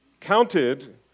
Counted